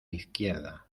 izquierda